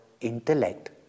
intellect